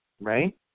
right